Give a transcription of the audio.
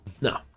No